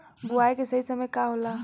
बुआई के सही समय का होला?